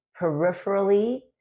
peripherally